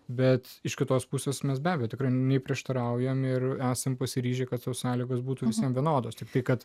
bet iš kitos pusės mes be abejo tikrai neprieštaraujame ir esam pasiryžę kad tos sąlygos būtų visiems vienodos tai kad